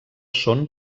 són